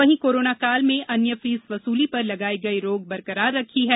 वहीं कोरोना काल में अन्य फीस यसूली पर लगाई गई रोक बरकरार रखी गई है